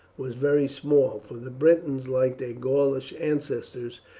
was very small, for the britons, like their gaulish ancestors,